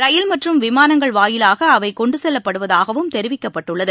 ரயில் மற்றும் விமானங்கள் வாயிலாக அவை கொண்டு செல்லப்படுவதாகவும் தெரிவிக்கப்பட்டுள்ளது